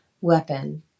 weapon